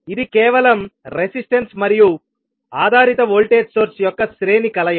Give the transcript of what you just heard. ఇది కేవలం రెసిస్టన్స్ మరియు ఆధారిత వోల్టేజ్ సోర్స్ యొక్క శ్రేణి కలయిక